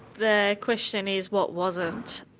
the question is, what wasn't?